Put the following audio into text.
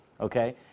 okay